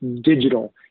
digital